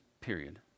period